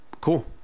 cool